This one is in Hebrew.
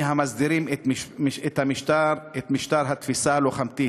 המסדירים את משטר התפיסה הלוחמתית.